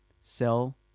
sell